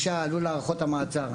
5 הובאו להארכת מעצר.